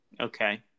Okay